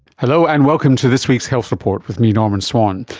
hello, and welcome to this week's health report with me, norman swan.